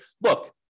look